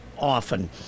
often